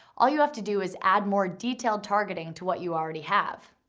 all you have to do is add more detailed targeting to what you already have.